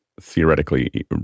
theoretically